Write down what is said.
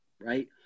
right